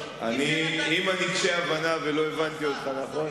אם אני קשה הבנה ולא הבנתי אותך נכון,